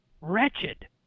wretched